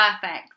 perfect